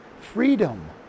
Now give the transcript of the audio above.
Freedom